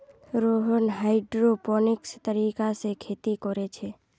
Rohan hydroponics तरीका से खेती कोरे छे